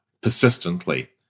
persistently